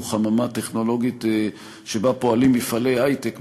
חממה טכנולוגית שבה פועלים מפעלי היי-טק,